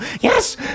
yes